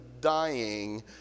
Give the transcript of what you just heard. dying